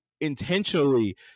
intentionally